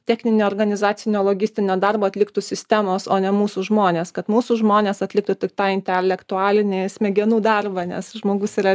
techninio organizacinio logistinio darbo atliktų sistemos o ne mūsų žmonės kad mūsų žmonės atliktų tik tą intelektualinį smegenų darbą nes žmogus yra